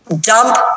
dump